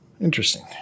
interesting